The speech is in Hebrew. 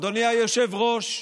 אדוני היושב-ראש,